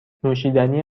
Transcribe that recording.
نوشیدنی